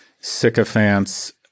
sycophants